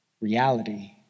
Reality